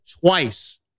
twice